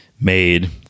made